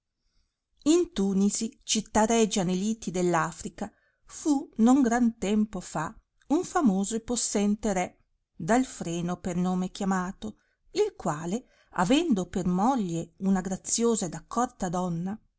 in tunisi città regia ne liti dell affrica fu non gran tempo fa un famoso e possente re dalfreno per nome chiamato il quale avendo per moglie una graziosa ed accorta donna